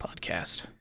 podcast